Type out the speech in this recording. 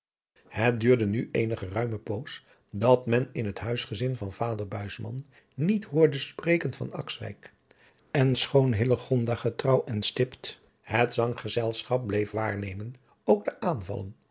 het duurde nu eene geruime poos dat men in het huisgezin van vader buisman niet hoorde spreken van akswijk en schoon hillegonda getrouw en stipt het zanggezelschap bleef waarnemen ook de aanvallen